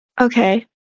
Okay